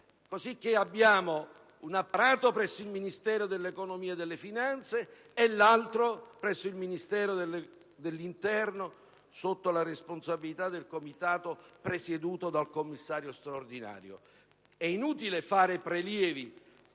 Abbiamo pertanto un apparato presso il Ministero dell'economia e delle finanze e l'altro presso il Ministero dell'interno sotto la responsabilità del Comitato presieduto dal Commissario straordinario. È inutile effettuare prelievi,